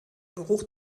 geruch